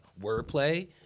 wordplay